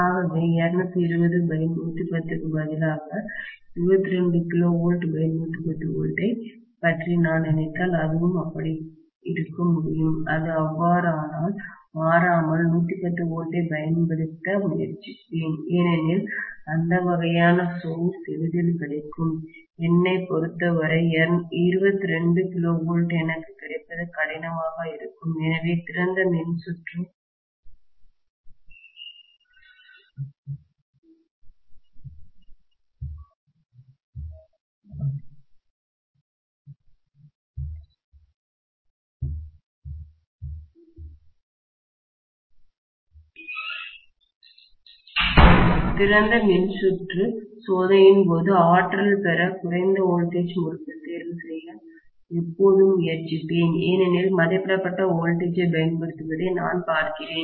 ஆகவே 220 110 க்கு பதிலாக 22KV110V ஐப் பற்றி நான் நினைத்தால் அதுவும் அப்படி இருக்க முடியும் அது அவ்வாறானால் மாறாமல் 110 V ஐப் பயன்படுத்த முயற்சிப்பேன் ஏனெனில் அந்த வகையான சோர்ஸ் எளிதில் கிடைக்கும் என்னைப் பொறுத்தவரை 22 kV எனக்கு கிடைப்பது கடினமாக இருக்கும் எனவே திறந்த மின்சுற்று சோதனையின் போது ஆற்றல் பெற குறைந்த வோல்டேஜ் முறுக்கு தேர்வு செய்ய எப்போதும் முயற்சிப்பேன் ஏனெனில் மதிப்பிடப்பட்ட வோல்டேஜ் ஐப் பயன்படுத்துவதை நான் பார்க்கிறேன்